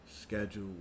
schedule